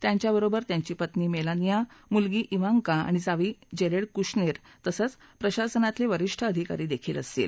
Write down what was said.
त्यांच्याबरोबर त्यांची पत्नी मेलानिया मुलगी विंका आणि जावई जेरेड कुश्रेर तसंच प्रशासनातले वरिष्ठ अधिकारी असतील